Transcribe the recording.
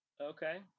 Okay